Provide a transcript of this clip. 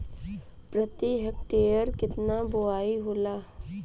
प्रति हेक्टेयर केतना बुआई होला?